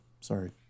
Sorry